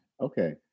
Okay